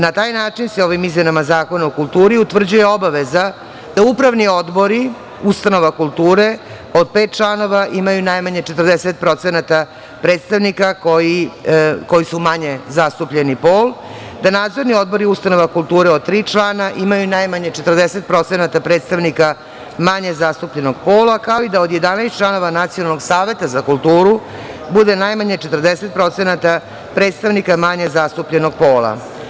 Na taj način se ovim izmenama Zakona o kulturi utvrđuje obaveza da upravni odbori ustanova kulture od pet članova imaju najmanje 40% predstavnika koji su manje zastupljeni pol, da nadzorni odbori ustanova kulture od tri člana imaju najmanje 40% predstavnika manje zastupljenog pola, kao i od 11 članova Nacionalnog saveta za kulturu bude najmanje 40% predstavnika manje zastupljenog pola.